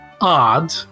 odd